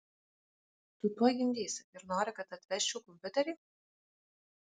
tu tuoj gimdysi ir nori kad atvežčiau kompiuterį